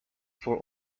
for